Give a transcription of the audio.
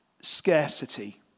scarcity